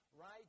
right